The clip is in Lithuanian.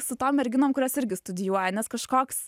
su tom merginom kurios irgi studijuoja nes kažkoks